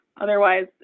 otherwise